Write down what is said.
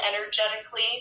energetically